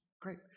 Great